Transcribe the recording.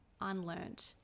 unlearned